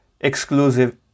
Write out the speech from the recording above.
exclusive